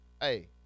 hey